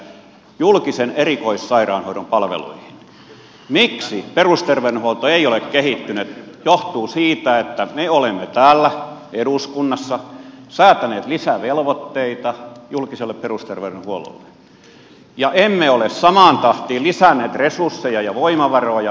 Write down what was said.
se miksi perusterveydenhuolto ei ole kehittynyt johtuu siitä että me olemme täällä eduskunnassa säätäneet lisävelvoitteita julkiselle perusterveydenhuollolle ja emme ole samaan tahtiin lisänneet resursseja ja voimavaroja